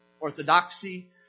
Orthodoxy